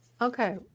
Okay